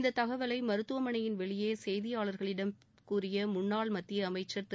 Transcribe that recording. இந்த தகவலை மருத்துவமனையின் வெளியே செய்தியாளர்களிடம் கூறிய முன்னாள் மத்திய அமைச்சர் திரு